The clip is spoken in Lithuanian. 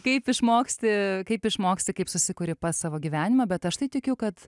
kaip išmoksti kaip išmoksi kaip susikuri pats savo gyvenimą bet aš tai tikiu kad